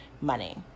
money